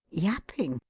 yapping.